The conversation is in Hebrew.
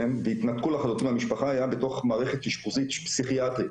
והתנתקו לחלוטין מהמשפחה היה בתוך מערכת אשפוזית פסיכיאטרית.